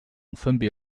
分别